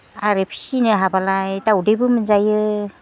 आरो फिसिनो हाब्लालाय दाउदैबो मोनजायो